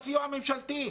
בסיוע הממשלתי.